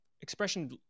Expression